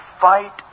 fight